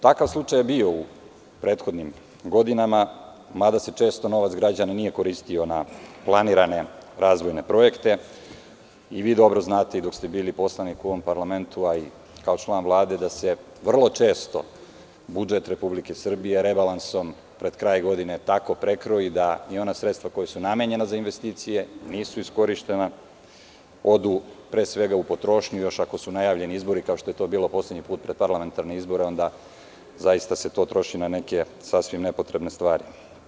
Takav slučaj je bio u prethodnim godinama, mada se često novac građana nije koristio na planirane razvojne projekte i vi dobro znate i dok ste bili poslanik u ovom parlamentu, a i kao član Vlade, da se vrlo često budžet Republike Srbije rebalansom pred kraj godine tako prekroji da i ona sredstva koja su namenjena za investicije, nisu iskorišćena, odu pre svega u potrošnju, još i ako su najavljeni izbori, kao što je to bilo poslednji put pred parlamentarne izbore, onda se zaista to troši na neke sasvim nepotrebne stvari.